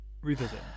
revisit